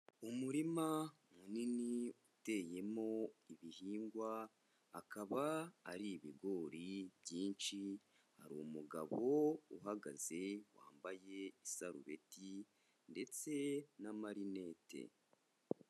Umurima munini uteyemo ibihingwa, akaba ari ibigori byinshi, hari umugabo uhagaze, wambaye isarubeti ndetse n'amarinete.